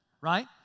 Right